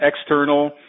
external